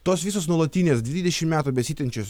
tos visos nuolatinės dvidešim metų besitęsiančios